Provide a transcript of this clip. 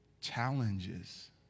challenges